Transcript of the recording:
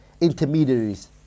intermediaries